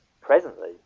Presently